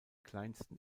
kleinsten